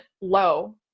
low